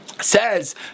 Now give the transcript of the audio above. Says